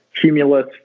Cumulus